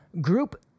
group